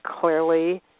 clearly